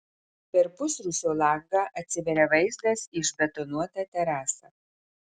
per pusrūsio langą atsiveria vaizdas į išbetonuotą terasą